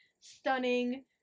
stunning